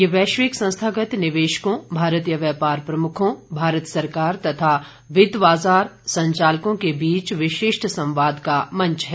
यह वैश्विक संस्थागत निवेशकों भारतीय व्यापार प्रमुखों भारत सरकार तथा वित्त बाजार संचालकों के बीच विशिष्ट संवाद का मंच है